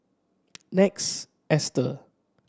Next Easter